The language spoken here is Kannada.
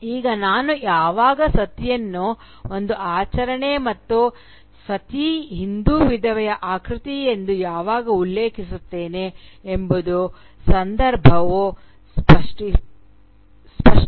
ಈಗ ನಾನು ಯಾವಾಗ ಸತಿಯನ್ನು ಒಂದು ಆಚರಣೆ ಎಂದು ಮತ್ತು ಸತಿಯನ್ನು ಹಿಂದೂ ವಿಧವೆಯ ಆಕೃತಿ ಎಂದು ಯಾವಾಗ ಉಲ್ಲೇಖಿಸುತ್ತೇನೆ ಎಂಬುದನ್ನು ಸಂದರ್ಭವು ಸ್ಪಷ್ಟಪಡಿಸುತ್ತದೆ